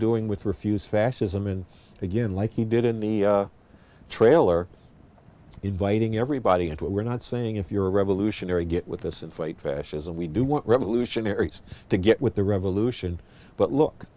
doing with refuse fascism and again like he did in the trailer inviting everybody into it we're not saying if you're a revolutionary get with us and fight fascism we do want revolutionaries to get with the revolution but look